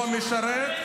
לא משרת.